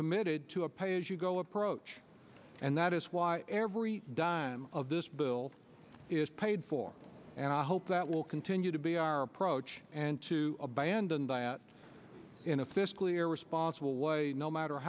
committed to a pay as you go approach and that is why every dime of this bill is paid for and i hope that will continue to be our approach and to abandon that in a fiscally irresponsible way no matter